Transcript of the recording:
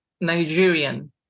nigerian